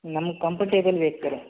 ನಮಗೆ ಕಂಫರ್ಟೇಬಲ್ ಬೇಕ್ರೀ